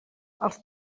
els